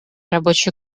рабочей